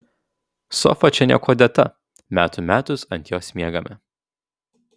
sofa čia niekuo dėta metų metus ant jos miegame